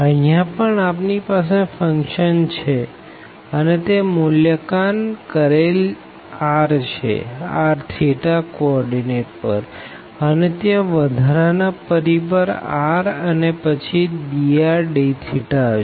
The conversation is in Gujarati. અહિયાં પણ આપણી પાસે ફંક્શન છે અને તે મૂલ્યાંકન કરેલ r છે r θ કો ઓર્ડીનેટ પરઅને ત્યાં વધારાનો પરિબળ r અને પછી dr dθ હશે